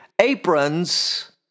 aprons